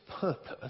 purpose